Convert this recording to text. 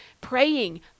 Praying